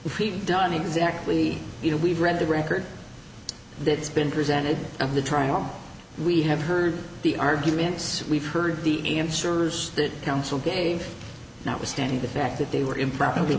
we've done exactly you know we've read the record that's been presented of the trial we have heard the arguments we've heard the insurers that counsel gave notwithstanding the fact that they were improperly